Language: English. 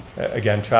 again,